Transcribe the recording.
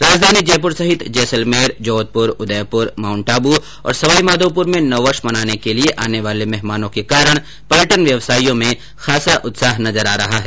राजधानी जयपुर सहित जैसलमेर जोधपुर उदयपुर माउंटआबू और सवाईमाधोपुर में नववर्ष मनाने के लिए आने वाले मेहमानों के कारण पर्यटन व्यवसासियों में खासा उत्साह नजर आ रहा है